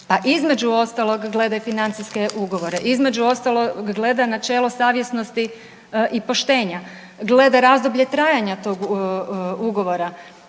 Pa između ostalog gleda financijske ugovore, između ostalog gleda načelo savjesnosti i poštenja, gleda razdoblje trajanja tog ugovora,